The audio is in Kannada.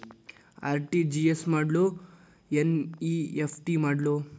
ಆರ್.ಟಿ.ಜಿ.ಎಸ್ ಮಾಡ್ಲೊ ಎನ್.ಇ.ಎಫ್.ಟಿ ಮಾಡ್ಲೊ?